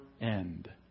end